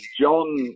John